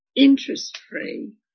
Interest-free